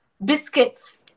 Biscuits